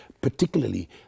particularly